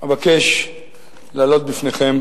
אבקש להעלות בפניכם